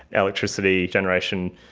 electricity generation,